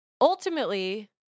Ultimately